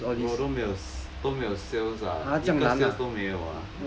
我都没有 s~ 都没有 sales ah 一个 sales 都没有啊